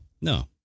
No